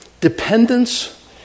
Dependence